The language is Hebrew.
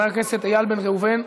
חבר הכנסת איל בן ראובן.